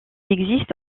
existe